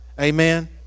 Amen